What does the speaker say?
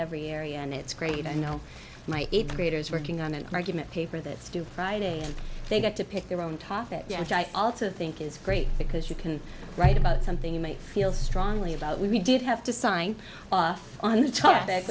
every area and it's great i know my eighth graders working on an argument paper that's due friday and they get to pick their own topic and i also think it's great because you can write about something you may feel strongly about we did have to sign off on the